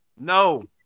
No